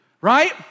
Right